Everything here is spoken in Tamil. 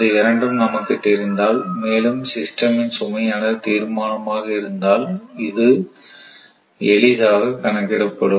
இந்த இரண்டும் நமக்கு தெரிந்தால் மேலும் சிஸ்டம் இன் system0 சுமையானது தீர்மானமாக இருந்தால் அது எளிதாக கணக்கிடப்படும்